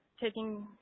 taking